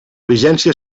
vigència